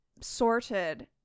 sorted